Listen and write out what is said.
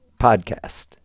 podcast